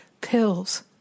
Pills